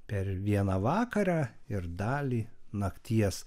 per vieną vakarą ir dalį nakties